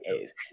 A's